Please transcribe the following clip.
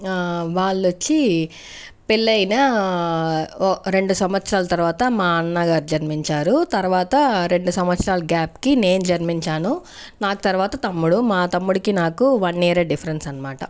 ఆ వాళ్ళొచ్చి పెళ్లయిన రెండు సంవత్సరాల తర్వాత మా అన్న గారు జన్మించారు తర్వాత రెండు సంవత్సరాల గ్యాప్కి నేను జన్మించాను నాకు తర్వాత తమ్ముడు మా తమ్ముడికి నాకు వన్ ఇయరే డిఫరెన్స్ అనమాట